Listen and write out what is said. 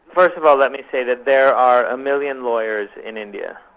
first of all, let me say that there are a million lawyers in india.